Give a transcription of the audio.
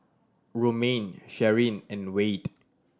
Romaine Sharyn and Wayde